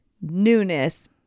newness